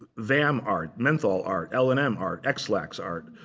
vam art, menthol art, l and m art, ex-lax art,